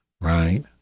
Right